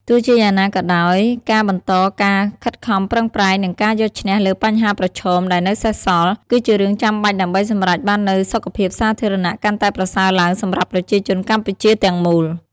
ទោះជាយ៉ាងណាក៏ដោយ ការបន្តការខិតខំប្រឹងប្រែង និងការយកឈ្នះលើបញ្ហាប្រឈមដែលនៅសេសសល់ គឺជារឿងចាំបាច់ដើម្បីសម្រេចបាននូវសុខភាពសាធារណៈកាន់តែប្រសើរឡើងសម្រាប់ប្រជាជនកម្ពុជាទាំងមូល។